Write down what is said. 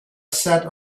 sat